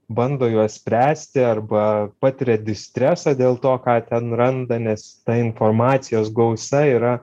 bando juos spręsti arba patiria distresą dėl to ką ten randa nes ta informacijos gausa yra